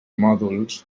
mòduls